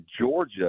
Georgia